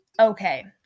Okay